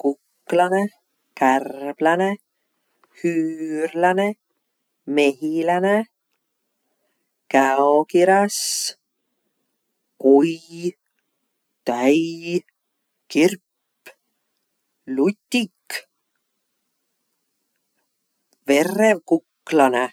Kuklanõ, kärbläne, hüürläne, mehiläne, käokiräs, koi, täi, kirp, lutik, verrev kuklanõ.